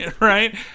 Right